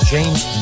James